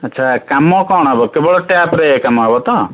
ଆଚ୍ଛା କାମ କ'ଣ ହେବ କେବଳ ଟ୍ୟାପ୍ରେ କାମ ହେବ ତ